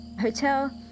hotel